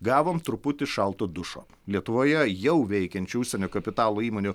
gavom truputį šalto dušo lietuvoje jau veikiančių užsienio kapitalo įmonių